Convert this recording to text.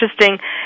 interesting